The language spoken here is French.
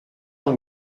dans